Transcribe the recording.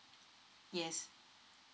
yes